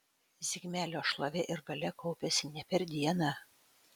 zigmelio šlovė ir galia kaupėsi ne per dieną